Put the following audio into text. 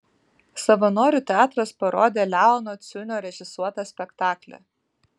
savanorių teatras parodė leono ciunio režisuotą spektaklį